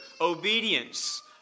obedience